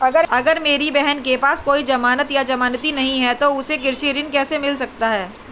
अगर मेरी बहन के पास कोई जमानत या जमानती नहीं है तो उसे कृषि ऋण कैसे मिल सकता है?